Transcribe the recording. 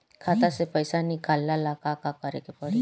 खाता से पैसा निकाले ला का का करे के पड़ी?